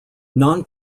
non